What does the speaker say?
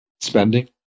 spending